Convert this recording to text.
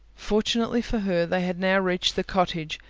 fortunately for her, they had now reached the cottage,